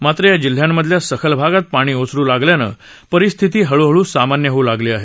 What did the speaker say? मात्र या जिल्ह्यांमधल्या सखल भागात पाणी ओसरू लागल्यानं परिस्थिती हळूहळू सामान्य होऊ लागली आहे